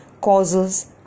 causes